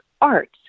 art